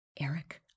Eric